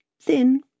thin